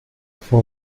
for